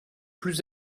plus